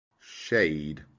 shade